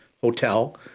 Hotel